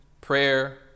prayer